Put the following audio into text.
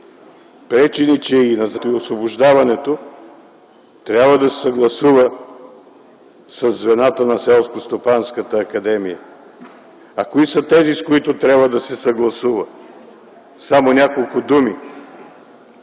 назначаването, и освобождаването трябва да се съгласува със звената на Селскостопанската академия. Кои са тези, с които трябва да се съгласува? Само няколко думи: